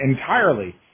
entirely